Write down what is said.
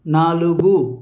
నాలుగు